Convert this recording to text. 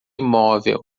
móvel